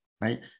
right